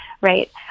Right